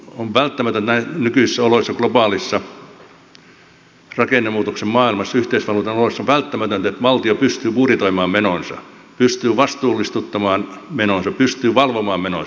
on välttämätöntä näissä nykyisissä oloissa globaalissa rakennemuutoksen maailmassa yhteisvaluutan oloissa että valtio pystyy budjetoimaan menonsa pystyy vastuullistuttamaan menonsa pystyy valvomaan menonsa